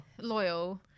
loyal